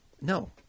No